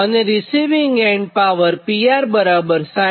અને receiving end power PR બરાબર 600